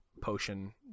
potion